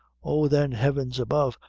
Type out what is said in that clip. oh, then heaven's above,